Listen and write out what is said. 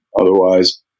Otherwise